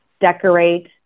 decorate